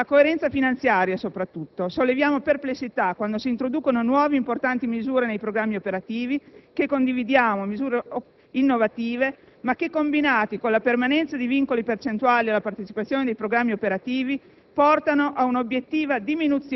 a seguito delle misure previste, la coerenza finanziaria soprattutto. Solleviamo perplessità quando si introducono nuovi importanti misure nei programmi operativi, che condividiamo, misure innovative ma che, combinate con la permanenza di vincoli percentuali alla partecipazione di programmi operativi,